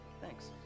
Thanks